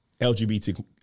LGBT